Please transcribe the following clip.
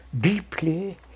deeply